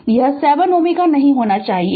तो यह 7 Ω नहीं होना चाहिए